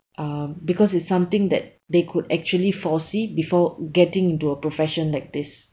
um because it's something that they could actually foresee before getting into a profession like this